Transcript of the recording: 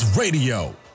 Radio